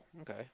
okay